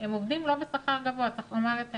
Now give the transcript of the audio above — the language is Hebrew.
עובדים בשכר לא גבוה, צריך לומר את האמת.